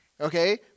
Okay